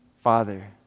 Father